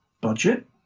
budget